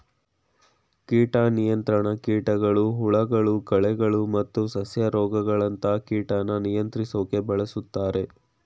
ಕೀಟ ನಿಯಂತ್ರಣ ಕೀಟಗಳು ಹುಳಗಳು ಕಳೆಗಳು ಮತ್ತು ಸಸ್ಯ ರೋಗಗಳಂತ ಕೀಟನ ನಿಯಂತ್ರಿಸೋಕೆ ಬಳುಸ್ತಾರೆ